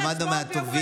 קודם כול, למדנו מהטובים.